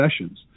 sessions